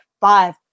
five